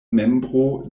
membro